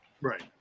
Right